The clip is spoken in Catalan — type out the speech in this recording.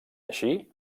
així